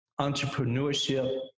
entrepreneurship